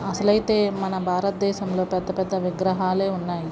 అసలు అయితే మన భారతదేశంలో పెద్ద పెద్ద విగ్రహాలే ఉన్నాయి